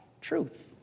Truth